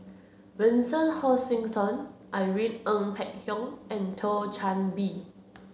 Vincent Hoisington Irene Ng Phek Hoong and Thio Chan Bee